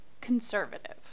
conservative